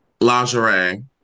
lingerie